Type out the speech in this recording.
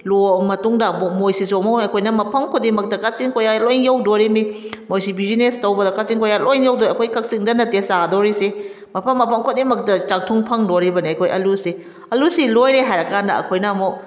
ꯂꯣꯛꯑꯕ ꯃꯇꯨꯡꯗ ꯑꯃꯨꯛ ꯃꯣꯏꯁꯤꯁꯨ ꯑꯃꯨꯛ ꯑꯩꯈꯣꯏꯅ ꯃꯐꯝ ꯈꯨꯗꯤꯡꯃꯛꯇ ꯀꯥꯆꯤꯟ ꯀꯣꯏꯌꯥ ꯂꯣꯏ ꯌꯧꯗꯣꯔꯤꯃꯤ ꯃꯣꯏꯁꯤ ꯕꯤꯖꯤꯅꯦꯁ ꯇꯧꯕꯗ ꯀꯥꯆꯤꯟ ꯀꯣꯏꯌꯥ ꯂꯣꯏ ꯌꯣꯎꯗꯣꯏꯅꯤ ꯑꯩꯈꯣꯏ ꯀꯛꯆꯤꯡꯗ ꯅꯠꯇꯦ ꯆꯥꯗꯧꯔꯤꯁꯤ ꯃꯐꯝ ꯃꯐꯝ ꯈꯗꯤꯡꯃꯛꯇ ꯆꯥꯛꯊꯨꯡ ꯐꯪꯗꯣꯔꯤꯕꯅꯦ ꯑꯩꯈꯣꯏ ꯑꯂꯨꯁꯦ ꯑꯂꯨꯁꯤ ꯂꯣꯏꯔꯦ ꯍꯥꯏꯔ ꯀꯥꯟꯗ ꯑꯩꯈꯣꯏꯅ ꯑꯃꯨꯛ